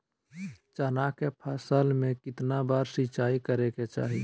चना के फसल में कितना बार सिंचाई करें के चाहि?